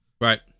Right